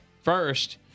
First